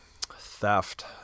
theft